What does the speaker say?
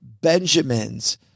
benjamins